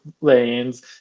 lanes